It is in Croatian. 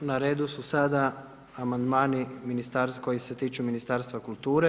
Na redu su sada amandmani koji se tiču Ministarstva kulture.